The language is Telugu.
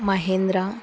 మహేంద్ర